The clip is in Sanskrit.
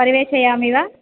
परिवेषयामि वा